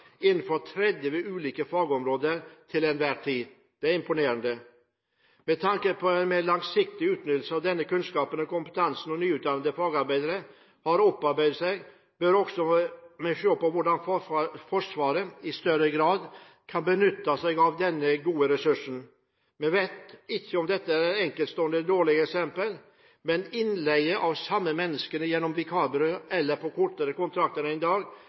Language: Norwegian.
innenfor 30 ulike fagområder til enhver tid. Det er imponerende. Med tanke på en mer langsiktig utnyttelse av denne kunnskapen og kompetansen som nyutdannede fagarbeidere har opparbeidet seg, bør vi også se på hvordan Forsvaret i større grad kan benytte seg av denne gode ressursen. Vi vet ikke om det er et enkeltstående og dårlig eksempel, men innleie av de samme mennesker gjennom vikarbyrå eller på kortere kontrakter enn i dag